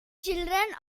children